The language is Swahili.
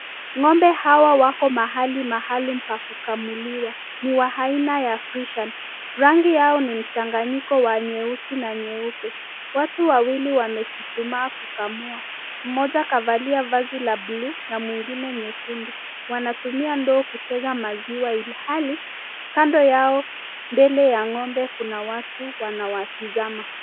Ng'ombe hawa wako mahali maalum pa kukamuliwa, ni wa aina ya fresian rangi yao ni mchanganyiko wa nyeusi na nyeupe. Watu wawili wamechuchumaa kukamua. Mmoja kavalia vazi la buluu na mwingine nyekundu. Wanatumia ndoo kutega maziwa ilhali kando yao mbele ya ng'ombe kuna watu wanawatazama.